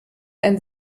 ein